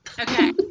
Okay